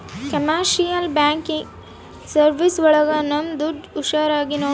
commercial banking service ಒಳಗ ನಮ್ ದುಡ್ಡು ಹುಷಾರಾಗಿ ನೋಡ್ಕೋತರ